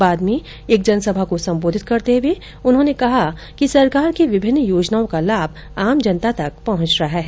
बाद में एक जनसभा को संबोधित करते हुए कहा कि सरकार की विभिन्न योजनाओं का लाभ जनता तक पहुंच रहा है